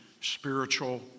spiritual